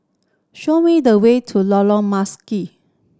show me the way to Lorong Marzuki